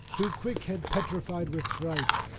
who quick had petrified with fright,